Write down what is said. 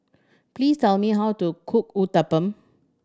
please tell me how to cook Uthapam